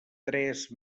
tres